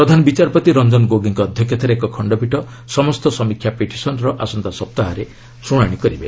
ପ୍ରଧାନ ବିଚାରପତି ରଞ୍ଜନ ଗୋଗୋଇଙ୍କ ଅଧ୍ୟକ୍ଷତାରେ ଏକ ଖଶ୍ତପୀଠ ସମସ୍ତ ସମୀକ୍ଷା ପିଟିସନ୍ର ଆସନ୍ତା ସପ୍ତାହରେ ଶ୍ରୁଣାଣି କରିବେ